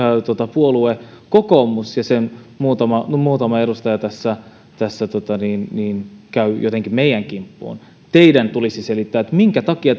kokoomus ja muutama sen edustaja tässä käy jotenkin meidän kimppuumme teidän tulisi selittää minkä takia